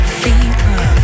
fever